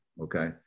Okay